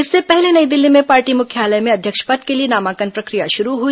इससे पहले नई दिल्ली में पार्टी मुख्यालय में अध्यक्ष पद के लिए नामांकन प्रक्रिया शुरू हुई